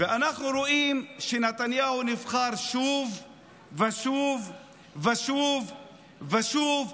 ואנחנו רואים שנתניהו נבחר שוב ושוב ושוב ושוב,